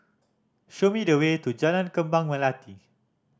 show me the way to Jalan Kembang Melati